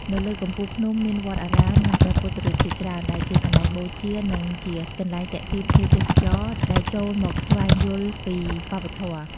នៅលើកំពូលភ្នំមានវត្តអារាម និងព្រះពុទ្ធរូបជាច្រើន ដែលជាកន្លែងបូជា និងជាកន្លែងទាក់ទាញភ្ញៀវទេសចរដែលចូលមកស្វែងយល់ពីវប្បធម៌ ។